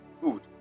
good